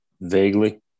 Vaguely